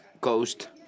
coast